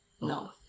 No